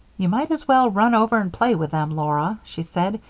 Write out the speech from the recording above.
you might as well run over and play with them, laura, she said.